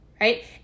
right